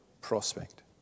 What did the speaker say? prospect